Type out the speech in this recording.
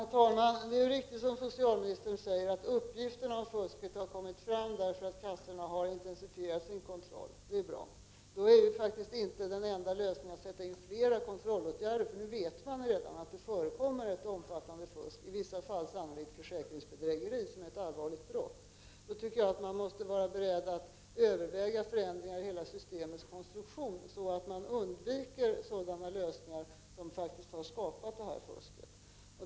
Herr talman! Det är riktigt som socialministern säger, att uppgifterna om fusket har kommit fram därför att kassorna har intensifierat sin kontroll. Det är bra. Då är den enda lösningen faktiskt inte att sätta in fler kontrollåtgärder. Nu vet man redan att det förekommer ett omfattande fusk och i vissa fall sannolikt försäkringsbedrägeri, som är ett allvarligt brott. Man måste därför vara beredd att överväga att genomföra förändringar i hela systemets konstruktion, så att man undviker sådana lösningar som faktiskt har skapat det här fusket.